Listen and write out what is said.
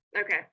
Okay